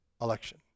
election